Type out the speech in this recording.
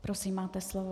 Prosím, máte slovo.